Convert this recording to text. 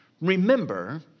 Remember